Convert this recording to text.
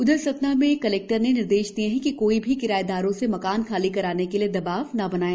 उधर सतना में कलेक्टर ने निर्देश दिए हैं कि कोई भी किराएदारों से मकान खाली कराने के लिए दबाव न बनाए